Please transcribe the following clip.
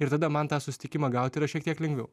ir tada man tą susitikimą gauti yra šiek tiek lengviau